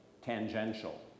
tangential